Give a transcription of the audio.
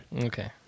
okay